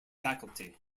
faculty